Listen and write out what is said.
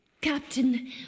Captain